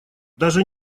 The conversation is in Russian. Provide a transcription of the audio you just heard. даже